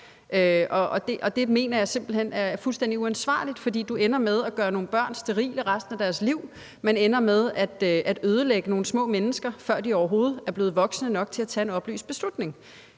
og det mener jeg simpelt hen er fuldstændig uansvarligt, for man ender med at gøre nogle børn sterile resten af deres liv, man ender med at ødelægge nogle små mennesker, før de overhovedet er blevet voksne nok til at tage en oplyst beslutning.